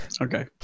Okay